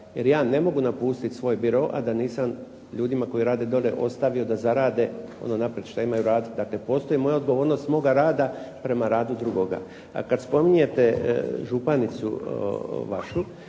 Jer ja ne mogu napustiti svoj biro a da nisam ljudima koji rade dolje ostavio da zarade ono unaprijed što imaju raditi. Dakle, postoji moja odgovornost moga rada, prema radu drugoga. A kada spominjete županicu vašu,